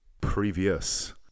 previous